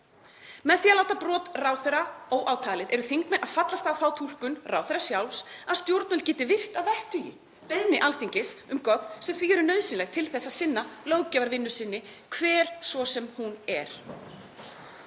Með því að láta brot ráðherra óátalið eru þingmenn að fallast á þá túlkun ráðherra sjálfs að stjórnvöld geti virt að vettugi beiðni Alþingis um gögn sem því eru nauðsynleg til að sinna löggjafarvinnu sinni, hver svo sem hún er.